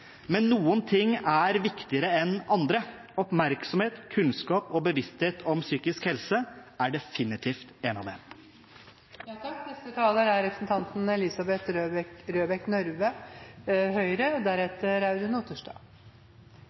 men noen ting er viktigere enn andre. Oppmerksomhet, kunnskap og bevissthet om psykisk helse er definitivt noen av